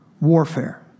warfare